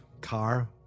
car